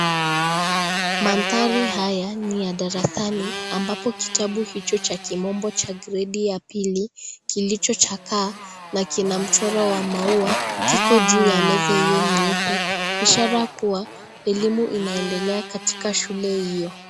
Mandhari haya ni ya darasani ambapo kitabu hicho cha kimombo cha gredi ya pili kilicho chakaa na kina mchoro wa maua, kiko juu ya meza hiyo nyeupe ishara kuwa elimu inaendelea katika shule hiyo.